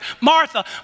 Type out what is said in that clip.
Martha